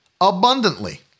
abundantly